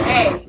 Hey